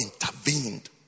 intervened